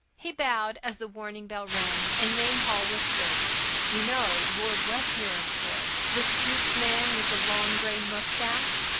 he bowed as the warning bell rang, and mainhall whispered you know lord westmere, of course the stooped man with the long gray mustache,